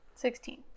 Sixteen